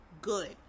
good